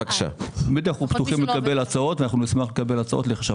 אפשר לייחס לנועה שוקרון כל מיני כוונות זדוניות אבל